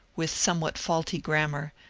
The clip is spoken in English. with somewhat faulty grammar,